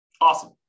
Awesome